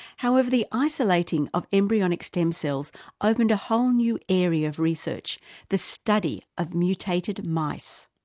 however the isolating of embryonic stem cells opened a whole new area of research the study of mutated mice.